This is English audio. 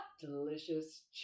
delicious